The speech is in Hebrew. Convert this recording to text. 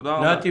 תודה רבה.